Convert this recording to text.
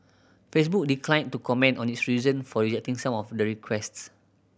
Facebook declined to comment on its reason for rejecting some of the requests